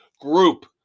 group